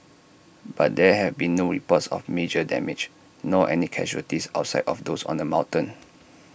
but there have been no reports of major damage nor any casualties outside of those on the mountain